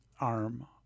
arm